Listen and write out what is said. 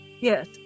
Yes